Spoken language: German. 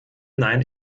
nein